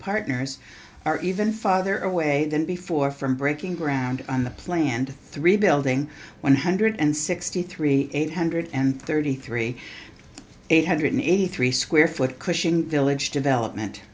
partners are even farther away than before from breaking ground on the planned three building one hundred sixty three eight hundred and thirty three eight hundred eighty three square foot cushing village development